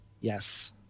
Yes